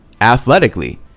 athletically